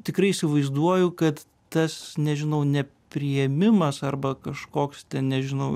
tikrai įsivaizduoju kad tas nežinau nepriėmimas arba kažkoks ten nežinau